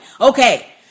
Okay